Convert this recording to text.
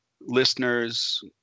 listeners